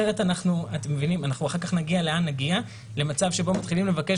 אנחנו אחר כך נגיע למצב שבו מתחילים לבקש